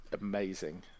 amazing